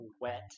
wet